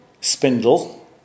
spindle